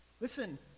Listen